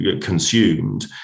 consumed